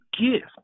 gift